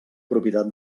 propietat